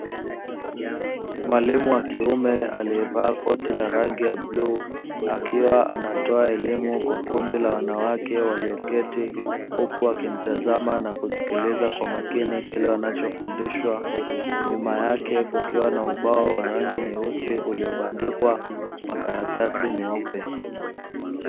Mwalimu wa kiume aliyevaa koti la rangi ya bluu, akiwa anatoa elimu kwa kundi la wanawake walioketi huku wakimtazama na kusikiliza kwa makini kile wanachofundishwa, nyuma yake kukiwa na ubao wa rangi nyeusi uliobandikwa makaratasi meupe.